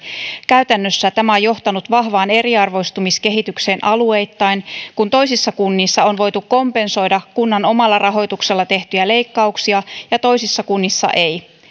käytännössä tämä on johtanut vahvaan eriarvoistumiskehitykseen alueittain kun toisissa kunnissa on voitu kompensoida kunnan omalla rahoituksella tehtyjä leikkauksia ja toisissa kunnissa ei